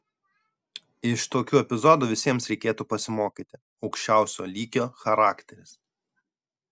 iš tokių epizodų visiems reikėtų pasimokyti aukščiausio lygio charakteris